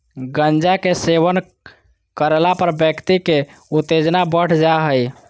गांजा के सेवन करला पर व्यक्ति के उत्तेजना बढ़ जा हइ